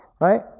right